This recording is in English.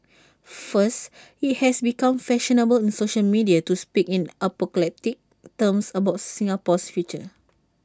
first IT has become fashionable in social media to speak in apocalyptic terms about Singapore's future